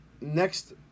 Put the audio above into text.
next